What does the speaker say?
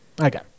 Okay